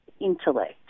intellect